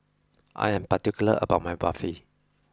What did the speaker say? I am particular about my Barfi